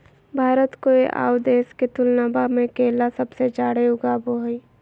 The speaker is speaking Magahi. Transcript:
भारत कोय आउ देश के तुलनबा में केला सबसे जाड़े उगाबो हइ